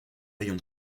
rayon